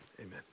amen